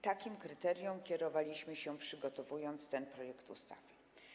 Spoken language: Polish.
Takim kryterium kierowaliśmy się, przygotowując ten projekt ustawy.